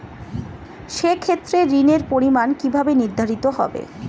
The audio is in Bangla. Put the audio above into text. সে ক্ষেত্রে ঋণের পরিমাণ কিভাবে নির্ধারিত হবে?